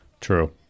True